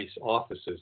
offices